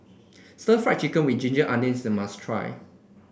stir Fry Chicken with Ginger Onions is a must try